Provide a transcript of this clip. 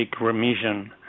remission